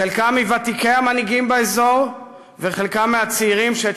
חלקם מוותיקי המנהיגים באזור וחלקם מהצעירים שאת